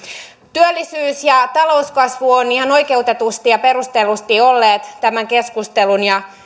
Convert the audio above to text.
työllisyys ja talouskasvu ovat ihan oikeutetusti ja perustellusti olleet tämän keskustelun ja